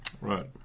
Right